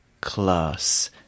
Class